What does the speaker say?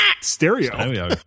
stereo